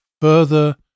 further